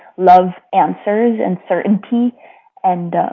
love answers and certainty and,